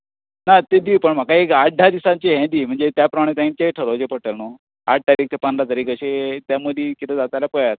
ना तें दी पण म्हाका एक आठ धा दिसांचें हें दी म्हणचे त्या प्रमाण तेंचे थरोवची पडटली न्हू आठ तारीख ते पंदरा तारीख अशी त्या मदीं कितें जात जाल्यार पळयात